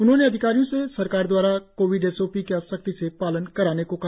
उन्होंने अधिकारियों से सरकार द्वारा जारी कोविड एस ओ पी का सख्ती से पालन कराने को कहा